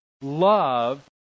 love